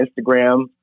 Instagram